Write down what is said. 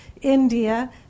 India